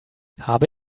habe